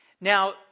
Now